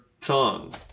song